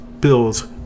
bills